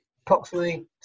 approximately